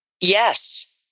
Yes